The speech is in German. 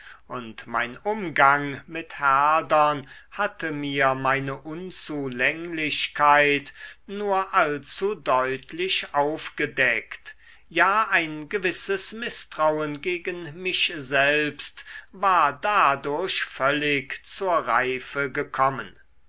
und mein umgang mit herdern hatte mir meine unzulänglichkeit nur allzu deutlich aufgedeckt ja ein gewisses mißtrauen gegen mich selbst war dadurch völlig zur reife gekommen